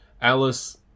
Alice